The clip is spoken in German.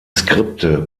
skripte